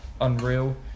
unreal